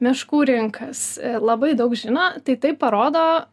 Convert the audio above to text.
meškų rinkas labai daug žino tai taip parodo